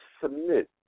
submit